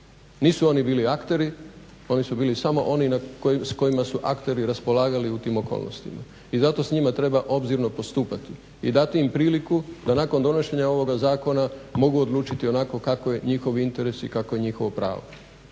nisu oni bili akteri, oni su bili samo oni s kojima su akteri raspolagali u tim okolnostima i zato s njima treba obzirno postupati i dati im priliku da nakon donošenja ovoga zakona mogu odlučiti onako kako je njihov interes i kako je njihovo pravo.